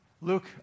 Luke